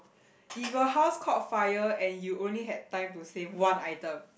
if your house caught fire and you only had time to save one item